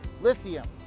lithium